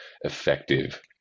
effective